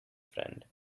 friend